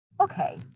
okay